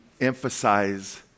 emphasize